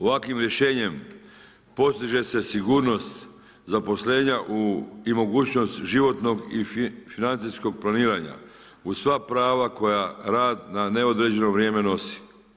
Ovakvim rješenjem postiže se sigurnost zaposlenja i mogućnost životnog i financijskog planiranja uz sva prava koja rad na neodređeno vrijeme nosi.